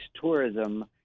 tourism